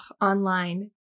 online